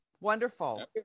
wonderful